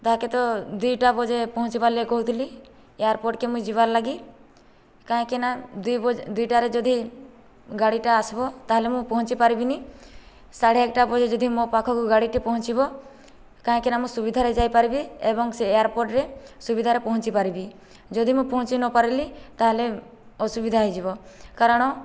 ତାହାକେ ତ ଦୁଇଟା ବଜେ ପହଞ୍ଚିବାର୍ ଲାଗି କହୁଥିଲି ଏୟାରପୋର୍ଟକେ ମୁଇଁ ଯିବାର୍ ଲାଗି କାହିଁକିନା ଦୁଇ ବଜେ ଦୁଇଟାରେ ଯଦି ଗାଡ଼ିଟା ଆସ୍ବ ତାହେଲେ ମୁଁ ପହଞ୍ଚିପାରିବିନି ସାଢ଼େ ଏକ୍ଟା ବଜେ ଯଦି ମୋ ପାଖକୁ ଗାଡ଼ିଟି ପହଞ୍ଚିବ କାହିଁକିନା ମୁଁ ସୁବିଧାରେ ଯାଇ ପାରିବି ଏବଂ ସେ ଏୟାରପୋର୍ଟରେ ସୁବିଧାରେ ମୁଁ ପହଞ୍ଚି ପାରିବି ଯଦି ମୁଁ ପହଞ୍ଚି ନ ପାରିଲି ତା'ହେଲେ ଅସୁବିଧା ହେଇଯିବ କାରଣ